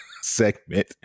segment